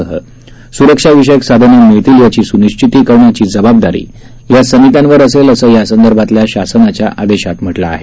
सह सुरक्षाविषयक साधनं मिळतील याची सुनिश्विती करण्याची जबाबदारी या समित्यांवर असेल असं यासंदर्भातल्या शासनाच्या आदेशात म्हटलं आहे